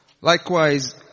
Likewise